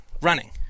running